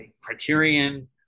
Criterion